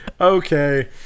Okay